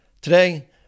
Today